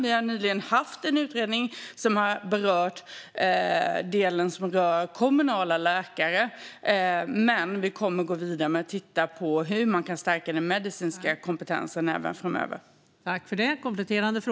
Vi har nyligen haft en utredning om kommunala läkare. Men vi kommer att gå vidare med att titta på hur man kan stärka den medicinska kompetensen framöver.